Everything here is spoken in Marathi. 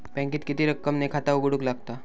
बँकेत किती रक्कम ने खाता उघडूक लागता?